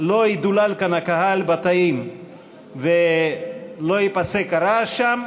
לא ידולל כאן הקהל בתאים ולא ייפסק הרעש שם,